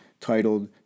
titled